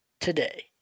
Today